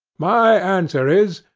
my answer is,